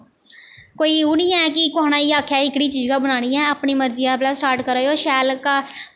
कोई ओह् निं ऐ कुसै ने आखेआ कि एह्कड़ी चीज़ गै बनानी ऐ अपनी मर्जियै भला स्टार्ट करे दे ओह् शैल